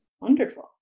Wonderful